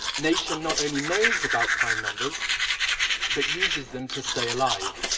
nature not only knows about prime numbers but uses them to stay alive.